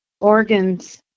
organs